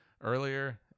earlier